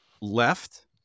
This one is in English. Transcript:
left